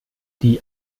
die